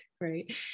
right